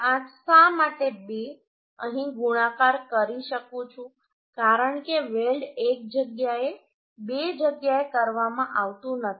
8 શા માટે 2 અહીં ગુણાકાર કરી શકું છું કારણ કે વેલ્ડ એક જગ્યાએ બે જગ્યાએ કરવામાં આવતું નથી